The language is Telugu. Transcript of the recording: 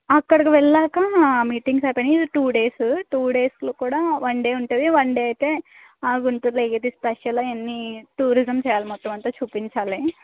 అక్కడకి వెళ్ళాక మీటింగ్స్ అయిపోయాక టూ డేస్ టూ డేస్లో కూడా వన్ డే ఉంటుంది వన్ డే అయితే గుంటూర్లో ఏది స్పెషల్ అవన్నీ టూరిజం చెయ్యాలి మొత్తం అన్ని చూపించాలి